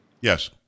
Yes